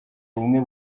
ubumwe